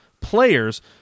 players